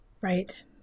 Right